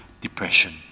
depression